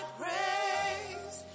praise